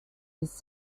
his